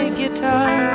guitar